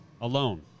alone